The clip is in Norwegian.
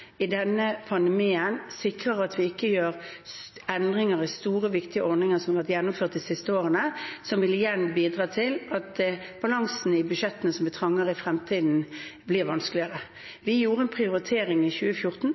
i denne pandemien sikrer at vi ikke gjør endringer i store viktige ordninger som har vært gjennomført de siste årene, som igjen vil bidra til at balansen i budsjettene som er trangere i fremtiden, blir vanskeligere. Vi gjorde en prioritering i 2014,